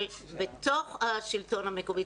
אבל בתוך השלטון המקומי,